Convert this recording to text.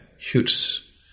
huge